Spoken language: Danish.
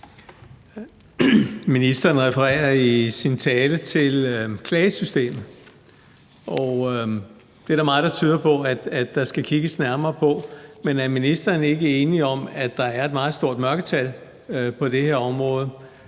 Ministeren refererer i sin tale til klagesystemet, og det er der meget der tyder på at der skal kigges nærmere på, men er ministeren ikke enig i, at der er et meget stort mørketal på det her område?